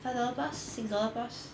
five dollar plus six dollar plus